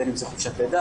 בין אם זו חופשת לידה,